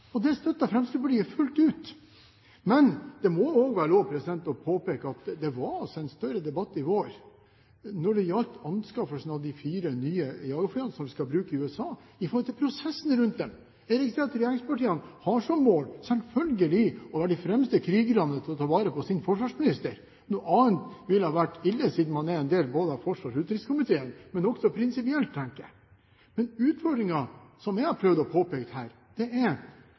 Det støtter Fremskrittspartiet fullt ut. Men det må også være lov å påpeke at det var altså en større debatt i vår når det gjaldt anskaffelsen av de fire nye jagerflyene fra USA, og prosessen rundt dem. Det er riktig at regjeringspartiene har som mål – selvfølgelig – å være de fremste krigerne til å ta vare på sin forsvarsminister. Noe annet ville ha vært ille, siden de er en del av både forsvars- og utenriksministeren, men også prinsipielt, tenker jeg. Men utfordringen, som jeg har prøvd å påpeke her, er: Det er